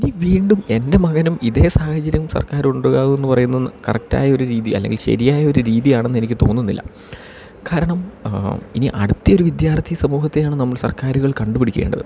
ഇനി വീണ്ടും എൻ്റെ മകനും ഇതേ സാഹചര്യം സർക്കാര് ഉണ്ടാവും എന്ന് പറയുന്നത് കറക്റ്റായ ഒരു രീതി അല്ലെങ്കിൽ ശരിയായ ഒരു രീതിയാണെന്ന് എനിക്ക് തോന്നുന്നില്ല കാരണം ഇനി അടുത്തിയൊരു വിദ്യാർത്ഥി സമൂഹത്തെയാണ് നമ്മൾ സർക്കാരുകൾ കണ്ടുപിടിക്കേണ്ടത്